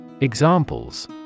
Examples